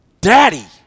Daddy